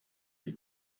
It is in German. die